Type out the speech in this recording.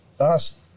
ask